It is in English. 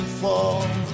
fall